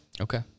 Okay